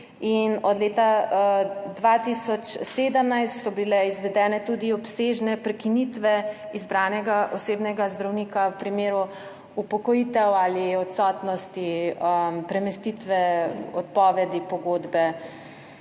od leta 2017 so bile izvedene tudi obsežne prekinitve izbranega osebnega zdravnika v primeru upokojitev ali odsotnosti, premestitve, odpovedi pogodbe,